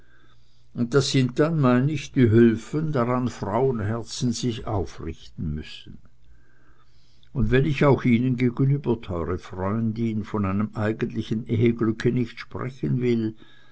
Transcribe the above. und das sind dann mein ich die hülfen daran frauenherzen sich aufrichten müssen und wenn ich auch ihnen gegenüber teure freundin von einem eigentlichen eheglücke nicht sprechen will